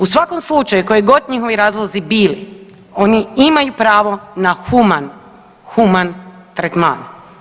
U svakom slučaju koji god njihovi razlozi bili oni imaju pravo na human, human tretman.